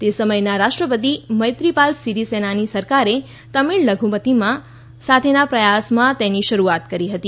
તે સમયના રાષ્ટ્રપતિ મૈત્રીપાલ સીરીસેનાની સરકારે તમિળ લધુમતીમાં સાથેના સમાધાન પ્રયાસમાં તેમની શરૂઆત કરી હતી